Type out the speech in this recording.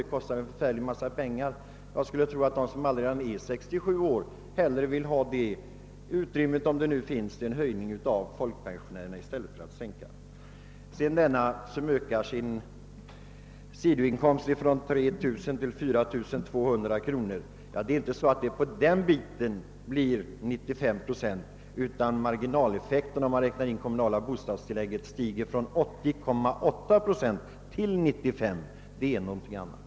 Det kostar mycket pengar, och jag skulle tro att de som redan är 67 år hellre vill att utrymmet — om det nu finns — skall användas till en höjning av folkpensionerna. Fru Nettelbrandt talade om dem som ökade sin sidoinkomst från 3000 till 4200 kronor. Det är inte på det beloppet som skatten blir 95 procent, utan marginaleffekten, om man räknar in det kommunala bostadstillägget, stiger från 80,8 procent till 95. Det är någonting annat.